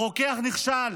הרוקח נכשל.